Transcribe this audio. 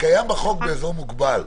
-- קיים בחוק באזור מוגבל,